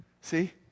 see